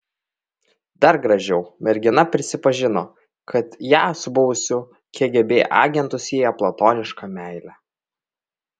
dar gražiau mergina prisipažino kad ją su buvusiu kgb agentu sieja platoniška meilė